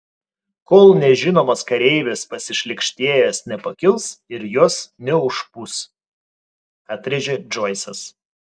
kol nežinomas kareivis pasišlykštėjęs nepakils ir jos neužpūs atrėžė džoisas